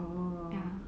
oh